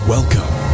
Welcome